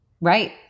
Right